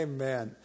Amen